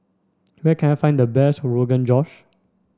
where can I find the best Rogan Josh